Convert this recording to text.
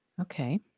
Okay